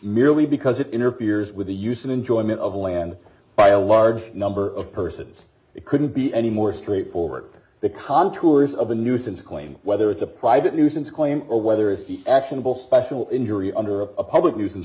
merely because it interferes with the use and enjoyment of land by a large number of persons it couldn't be any more straightforward the contours of a nuisance claim whether it's a private nuisance claim or whether it's actionable special injury under a public nuisance